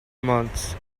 months